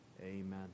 amen